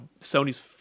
Sony's